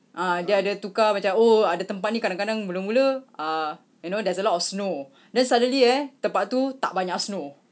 ah dia ada tukar macam oh ada tempat ni kadang kadang mula mula ah you know there's a lot of snow then suddenly eh tempat tu tak banyak snow